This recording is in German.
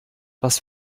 was